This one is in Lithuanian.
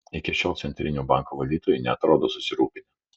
iki šiol centrinių bankų valdytojai neatrodo susirūpinę